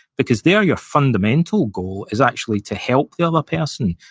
because there, your fundamental goal is actually to help the other person,